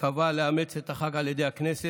קבע לאמץ את החג על ידי הכנסת